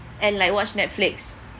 and like watched netflix